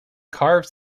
carved